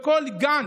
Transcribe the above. בכל גן,